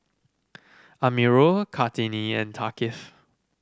Amirul Kartini and Thaqif